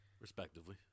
Respectively